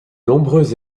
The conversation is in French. nombreux